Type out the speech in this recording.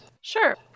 Sure